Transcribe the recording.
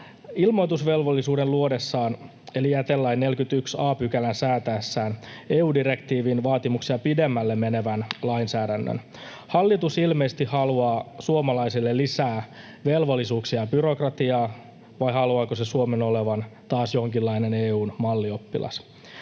ilmoitusvelvollisuuden luodessaan eli jätelain 41 a §:n säätäessään EU-direktiivin vaatimuksia pidemmälle menevän lainsäädännön. Hallitus ilmeisesti haluaa suomalaisille lisää velvollisuuksia ja byrokratiaa, vai haluaako se Suomen olevan taas jonkinlainen EU:n mallioppilas.